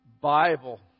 Bible